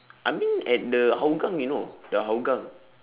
I mean at the hougang you know the hougang